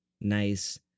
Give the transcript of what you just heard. nice